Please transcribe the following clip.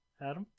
Adam